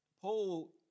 Paul